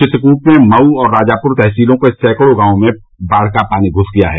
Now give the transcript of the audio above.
चित्रकूट में मऊ और राजापुर तहसीलों के सैकड़ों गांवों में बाढ़ का पानी घुस गया है